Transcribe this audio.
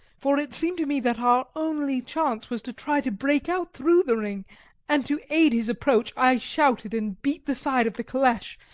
for it seemed to me that our only chance was to try to break out through the ring and to aid his approach. i shouted and beat the side of the caleche,